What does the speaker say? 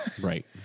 Right